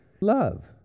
Love